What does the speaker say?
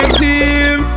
team